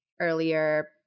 earlier